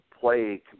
play